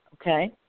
Okay